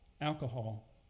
alcohol